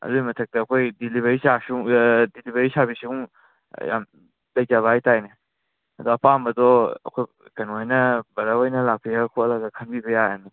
ꯑꯗꯨ ꯃꯊꯛꯇ ꯑꯩꯈꯣꯏ ꯗꯦꯂꯤꯕꯔꯤ ꯆꯥꯔꯖꯁꯨ ꯗꯦꯂꯤꯕꯔꯤ ꯁꯔꯚꯤꯁꯁꯤꯃꯨꯛ ꯌꯥꯝ ꯂꯩꯖꯕ ꯍꯥꯏꯇꯥꯔꯦꯅꯦ ꯑꯗꯣ ꯑꯄꯥꯝꯕꯗꯣ ꯑꯩꯈꯣꯏ ꯀꯩꯅꯣ ꯍꯣꯏꯅ ꯕ꯭ꯔꯗꯔ ꯍꯣꯏꯅ ꯂꯥꯛꯄꯤꯔ ꯈꯣꯠꯂꯒ ꯈꯟꯕꯤꯕ ꯌꯥꯔꯅꯤ